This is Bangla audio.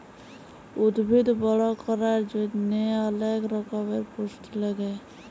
উদ্ভিদ বড় ক্যরার জন্হে অলেক রক্যমের পুষ্টি লাগে